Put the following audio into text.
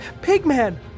Pigman